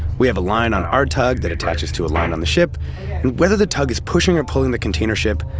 we have a line on our tug that attaches to a line on the ship, and whether the tug is pushing or pulling the container ship,